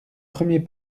premiers